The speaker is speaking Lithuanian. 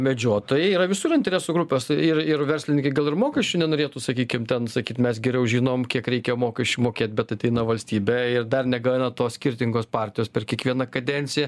medžiotojai yra visur interesų grupės ir ir verslininkai gal ir mokesčių nenorėtų sakykim ten sakyt mes geriau žinom kiek reikia mokesčių mokėt bet ateina valstybė ir dar negana to skirtingos partijos per kiekvieną kadenciją